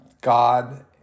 God